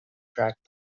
track